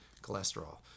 cholesterol